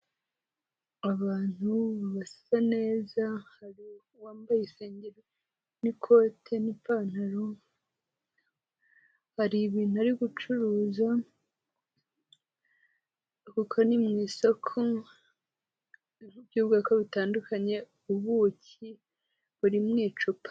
Abantu basa neza hari uwambaye isengeri n'ikote n'ipantaro hari ibintu ari gucuruza kuko ni mu isoko by'ubwoko butandukanye ubuki buri mu icupa.